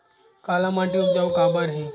काला माटी उपजाऊ काबर हे?